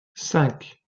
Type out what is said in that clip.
cinq